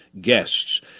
guests